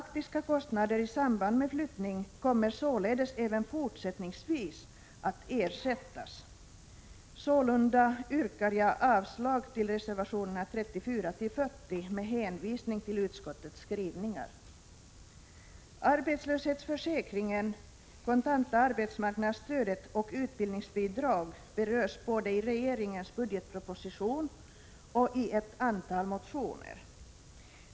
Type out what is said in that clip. Faktiska kostnader i samband med flyttning kommer således även fortsättningsvis att ersättas. Sålunda yrkar jag med hänvisning till utskottets skrivning avslag på reservationerna 34—40. Arbetslöshetsförsäkringen, det kontanta arbetsmarknadsstödet och utbildningsbidrag berörs både i regeringens budgetproposition och i ett antal motioner.